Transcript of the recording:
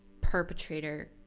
perpetrator